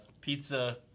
pizza